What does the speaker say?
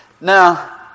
Now